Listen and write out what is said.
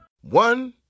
One